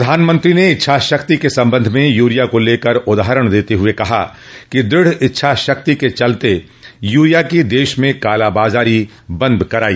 प्रधानमंत्री ने इच्छाशक्ति के संबंध में यूरिया को लेकर उदाहरण देते हए कहा कि दृढ़ इच्छाशक्ति के चलते यूरिया की देश में कालाबाजारी बंद कराई